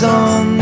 on